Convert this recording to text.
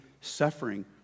suffering